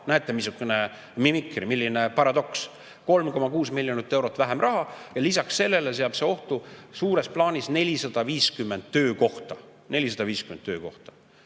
Näete, missugune mimikri, milline paradoks! 3,6 miljonit eurot vähem raha ja lisaks sellele seab see ohtu suures plaanis 450 töökohta. 450 töökohta